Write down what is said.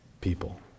people